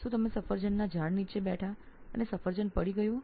શું આપ સફરજનના ઝાડ નીચે બેસશો અને સફરજન પડી ગયું